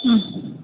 ಹ್ಞೂ